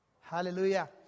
Hallelujah